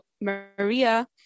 Maria